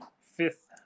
fifth